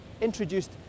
introduced